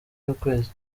y’ukwezi